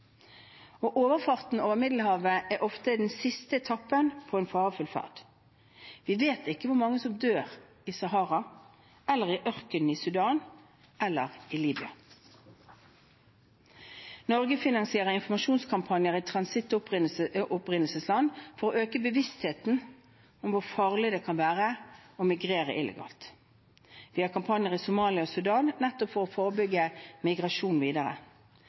Overfarten over Middelhavet er ofte den siste etappen på en farefull ferd. Vi vet ikke hvor mange som dør i Sahara eller i ørkenen i Sudan eller Libya. Norge finansierer informasjonskampanjer i transitt- og opprinnelsesland for å øke bevisstheten om hvor farlig det kan være å migrere illegalt. Vi har kampanjer i Somalia og Sudan nettopp for å forebygge migrasjon videre.